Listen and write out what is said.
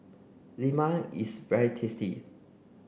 Lemang is very tasty